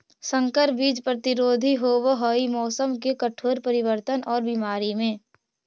संकर बीज प्रतिरोधी होव हई मौसम के कठोर परिवर्तन और बीमारी में